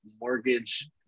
mortgage